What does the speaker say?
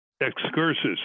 excursus